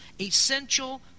essential